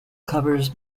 covers